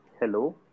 Hello